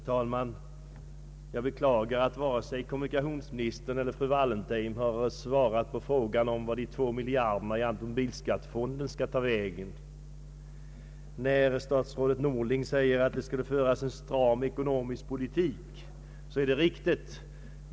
Herr talman! Jag beklagar att varken kommunikationsministern = eller — fru Wallentheim har svarat på frågan om vart de två miljarderna i automobilskattefonden skall ta vägen. Statsrådet Norling säger att det skall föras en stram ekonomisk politik, och det är riktigt.